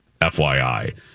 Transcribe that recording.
FYI